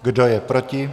Kdo je proti?